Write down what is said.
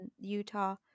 Utah